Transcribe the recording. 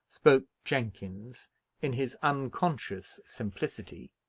spoke jenkins in his unconscious simplicity.